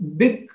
big